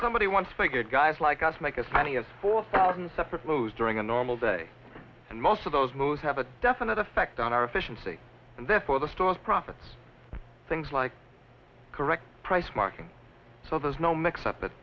somebody wants very good guys like us make as many as four thousand separate clothes during a normal day and most of those most have a definite effect on our efficiency and therefore the stores profits things like correct price marking so there's no mix up